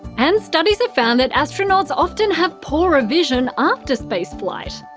and studies have found that astronauts often have poorer vision after space flight.